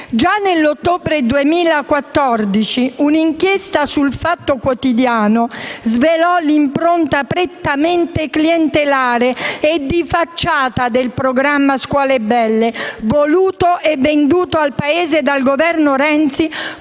Già nell'ottobre 2014 un'inchiesta su «il Fatto Quotidiano» svelò l'impronta prettamente clientelare e di facciata del programma scuole belle voluto e venduto al Paese dal Governo Renzi